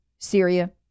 Syria